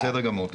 בסדר גמור.